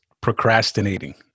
procrastinating